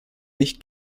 nicht